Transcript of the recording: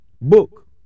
book